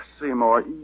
Seymour